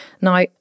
Now